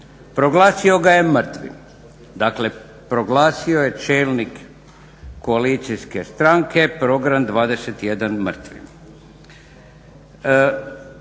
proglasio ga je mrtvim. Dakle proglasio je čelnik koalicijske stranke Program 21 mrtvim.